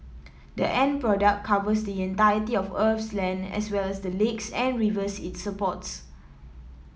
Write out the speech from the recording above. the end product covers the entirety of Earth's land as well as the lakes and rivers it supports